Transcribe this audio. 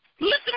Listen